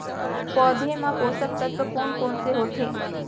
पौधे मा पोसक तत्व कोन कोन से होथे?